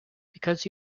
because